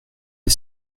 les